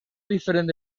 diferent